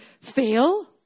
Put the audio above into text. fail